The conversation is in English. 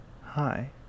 Hi